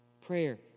Prayer